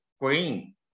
green